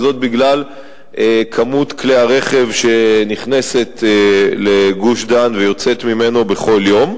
וזאת בגלל כמות כלי הרכב שנכנסת לגוש-דן ויוצאת ממנו בכל יום.